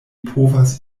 povas